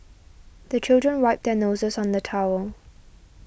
the children wipe their noses on the towel